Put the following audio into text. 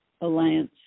Alliance